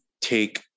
take